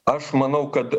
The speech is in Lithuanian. aš manau kad